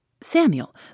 Samuel